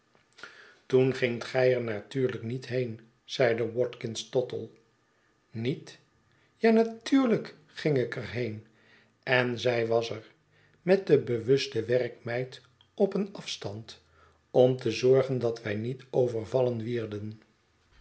toen gingt gij er natuurlyknietheen zeide watkins tottle niet ja natuurlijk ging ik erheen enzij was er met de bewuste werkmeid op een afstand om te zorgen dat wij niet overvallen wierden